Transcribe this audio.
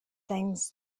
things